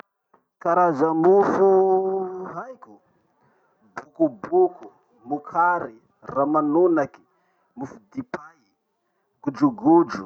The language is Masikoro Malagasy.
Karaza mofo haiko: bokoboko, mokary, ramanonaky, mofodipay, godrogodro.